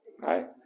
right